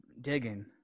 digging